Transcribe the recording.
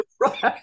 Right